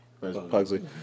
Pugsley